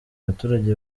abaturage